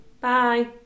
Bye